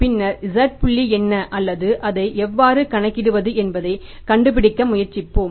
பின்னர் z புள்ளி என்ன அல்லது அதை எவ்வாறு கணக்கிடுவது என்பதைக் கண்டுபிடிக்க முயற்சிப்போம்